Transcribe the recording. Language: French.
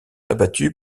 abattus